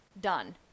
done